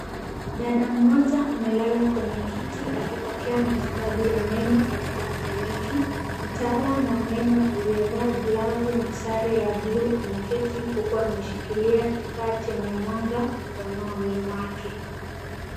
Dada mmoja amelala kwenye kiti akipokea matibabu ya meno katika kliniki. Mtaalamu wa meno aliyevaa glavu na sare ya blue ameketi huku ameshikilia kifaa chenye mwanga mkononi mwake.